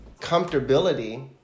comfortability